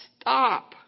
stop